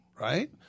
right